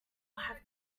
have